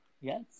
Yes